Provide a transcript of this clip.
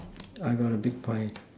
I got a big pie